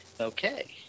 okay